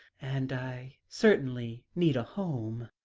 and i certainly need a home.